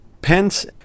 Pence